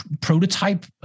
prototype